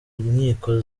nkiko